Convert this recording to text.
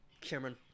Cameron